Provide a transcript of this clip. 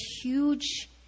huge